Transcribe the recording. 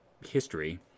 history